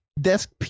desk